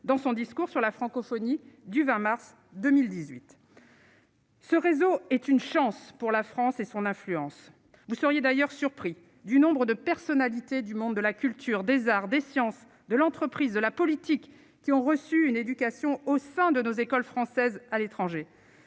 dans son discours sur la francophonie, du 20 mars 2018. Ce réseau est une chance pour la France et son influence, vous seriez d'ailleurs surpris du nombre de personnalités du monde de la culture, des arts, des sciences de l'entreprise, de la politique, qui ont reçu une éducation au sein de nos écoles françaises à l'étranger,